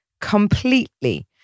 completely